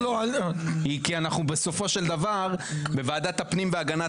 כי אנחנו בסופו של דבר בוועדת הפנים והגנת